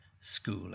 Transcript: school